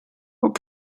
what